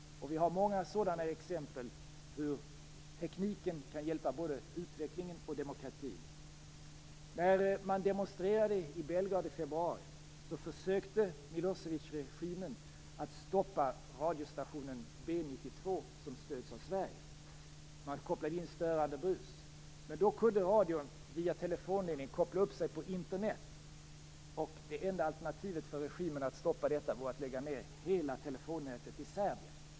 Vi har många exempel på hur tekniken kan hjälpa både utvecklingen och demokratin. När man demonstrerade i Belgrad i februari försökte Milosevicregimen att stoppa radiostationen B92 som stöds av Sverige. Man kopplade in störande brus. Men då kunde radion via telefonledning koppla upp sig på Internet. Det enda alternativet för regimen att stoppa detta var att lägga ned hela telefonnätet i Serbien.